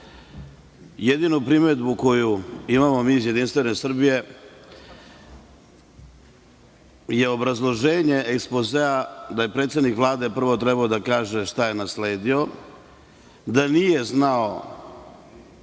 Jedina primedba koju imamo mi iz JS je obrazloženje ekspozea da je predsednik Vlade prvo trebalo da kaže šta je nasledio, da nije znao